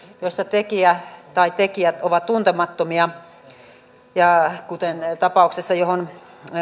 joissa tekijä tai tekijät ovat tuntemattomia ja kuten tapauksessa johon